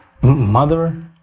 mother